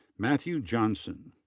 matthew johnson.